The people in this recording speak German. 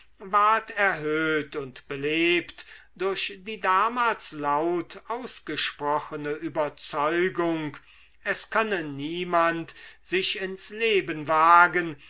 ward erhöht und belebt durch die damals laut ausgesprochene überzeugung es könne niemand sich ins leben wagen